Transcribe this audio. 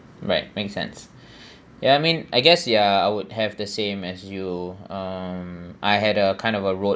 right make sense ya I mean I guess ya I would have the same as you um I had uh kind of a road